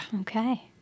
Okay